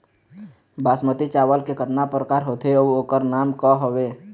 बासमती चावल के कतना प्रकार होथे अउ ओकर नाम क हवे?